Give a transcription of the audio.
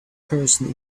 person